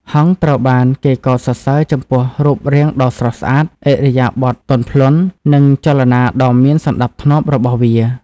ហង្សត្រូវបានគេកោតសរសើរចំពោះរូបរាងដ៏ស្រស់ស្អាត ឥរិយាបថទន់ភ្លន់ និងចលនាដ៏មានសណ្តាប់ធ្នាប់របស់វា។